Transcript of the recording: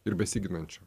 ir besiginančio